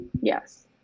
yes